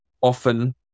often